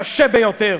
קשה ביותר,